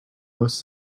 most